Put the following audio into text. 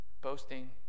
boasting